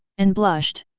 and blushed.